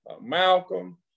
Malcolm